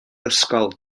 ysgol